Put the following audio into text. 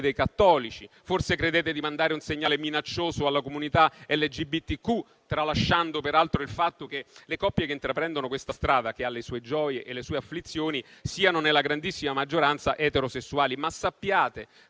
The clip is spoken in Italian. dei cattolici; forse credete di mandare un segnale minaccioso alla comunità LGBTQ, tralasciando peraltro il fatto che le coppie che intraprendono questa strada, che ha le sue gioie e le sue afflizioni, siano nella grandissima maggioranza eterosessuali, ma sappiate